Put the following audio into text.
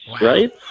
right